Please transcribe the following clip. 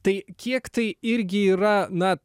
tai kiek tai irgi yra na